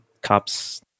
cops